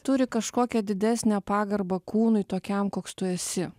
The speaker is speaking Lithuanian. turi kažkokią didesnę pagarbą kūnui tokiam koks tu esi